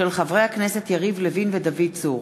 של חברי הכנסת יריב לוין ודוד צור.